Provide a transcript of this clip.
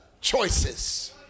choices